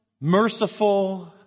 merciful